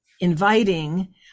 inviting